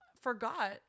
forgot